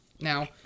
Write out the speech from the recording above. Now